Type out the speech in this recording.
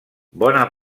bona